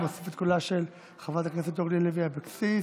ואני מוסיף את קולה של חברת הכנסת אורלי לוי אבקסיס,